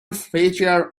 feature